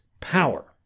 power